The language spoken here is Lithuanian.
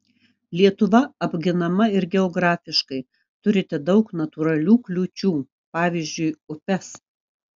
lietuva apginama ir geografiškai turite daug natūralių kliūčių pavyzdžiui upes